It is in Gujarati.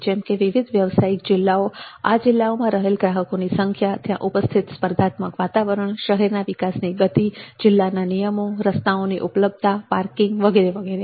જેમ કે વિવિધ વ્યવસાયિક જિલ્લાઓ આ જિલ્લાઓમાં રહેલ ગ્રાહકોની સંખ્યા ત્યાં ઉપસ્થિત સ્પર્ધાત્મક વાતાવરણ શહેરના વિકાસની ગતિ જિલ્લાના નિયમો રસ્તાઓને ઉપલબ્ધતા તથા પાર્કિંગ વગેરે વગેરે